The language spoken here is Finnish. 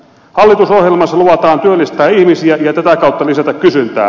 hallitusohjelmassa luvataan työllistää ihmisiä ja tätä kautta lisätä kysyntää